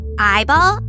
Eyeball